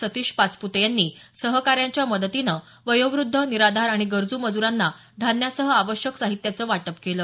सतीश पाचप्ते यांनी सहकाऱ्यांच्या मदतीनं वयोव्रद्ध निराधार आणि गरजू मजूरांना धान्यासह आवश्यक साहित्याचं वाटप केलं